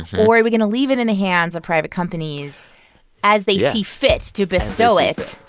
or are we going to leave it in the hands of private companies as they see fit to bestow it?